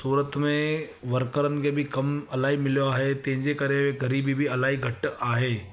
सूरत में वर्करनि खे बि कमु इलाही मिलियो आहे तंहिंजे करे ग़रीबी बि इलाही घटि आहे